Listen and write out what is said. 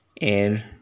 air